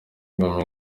goma